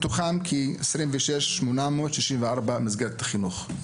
מתוכם כ-26 אלף ו-864 תלמידים במסגרות החינוך,